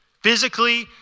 physically